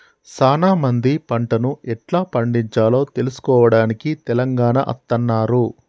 సానా మంది పంటను ఎట్లా పండిచాలో తెలుసుకోవడానికి తెలంగాణ అత్తన్నారు